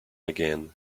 again